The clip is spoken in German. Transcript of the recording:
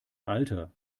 alter